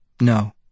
No